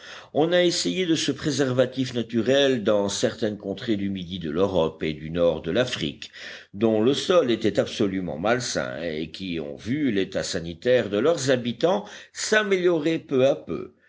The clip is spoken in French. on a essayé de ce préservatif naturel dans certaines contrées du midi de l'europe et du nord de l'afrique dont le sol était absolument malsain et qui ont vu l'état sanitaire de leurs habitants s'améliorer peu à peu